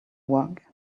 work